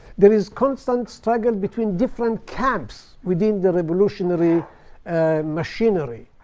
there is constant struggle between different camps within the revolutionary machinery.